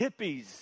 Hippies